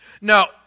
Now